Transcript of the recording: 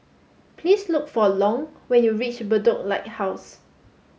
please look for Long when you reach Bedok Lighthouse